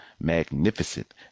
magnificent